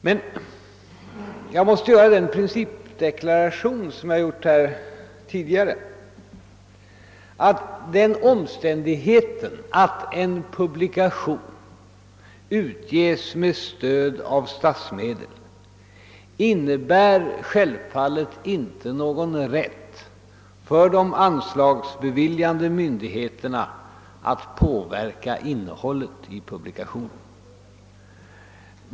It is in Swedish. Men jag måste göra den principdeklaration jag gjort tidigare, nämligen att den omständigheten att en publikation utges med stöd av statsmedel självfallet inte innebär någon rätt för de anslagsbeviljande myndigheterna att påverka innehållet i publikationen.